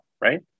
right